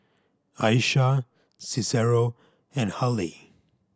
Aisha Cicero and Hallie